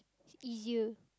it's easier